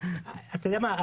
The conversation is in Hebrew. אתה יודע מה?